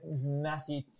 Matthew